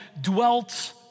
dwelt